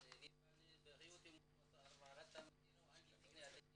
זו החלטה שלו.